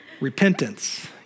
repentance